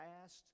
past